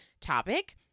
topic